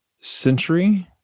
century